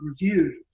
reviewed